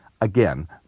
Again